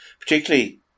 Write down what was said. particularly